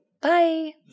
Bye